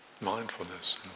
mindfulness